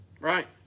Right